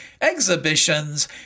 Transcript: exhibitions